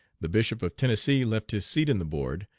the bishop of tennessee left his seat in the board,